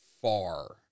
far